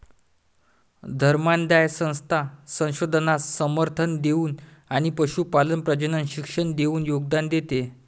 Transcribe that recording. धर्मादाय संस्था संशोधनास समर्थन देऊन आणि पशुपालन प्रजनन शिक्षण देऊन योगदान देते